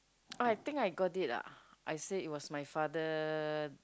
oh I think I got it lah I say it was my father